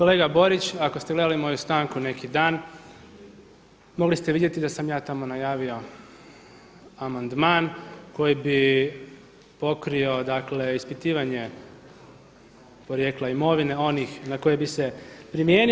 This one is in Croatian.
Kolega Borić, ako ste gledali moju stanku neki dan mogli ste vidjeti da sam ja tamo najavio amandman koji bi pokrio, dakle ispitivanje porijekla imovine onih na koje bi se primijenio.